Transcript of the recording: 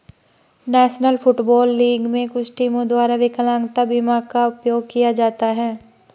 national Football League में कुछ टीमों द्वारा विकलांगता बीमा का उपयोग किया जाता है